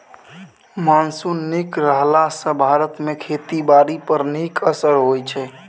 monsoon नीक रहला सँ भारत मे खेती बारी पर नीक असिर होइ छै